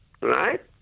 right